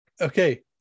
Okay